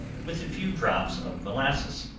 with a few drops of molasses.